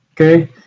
Okay